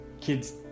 kids